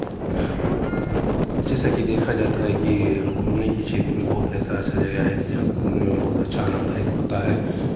जैसा कि देखा जाता है की घूमने की क्षेत्र में बहुत ऐसा ऐसा जगह है कि जहाँ घूमने में बहुत अच्छा आनन्ददायक होता है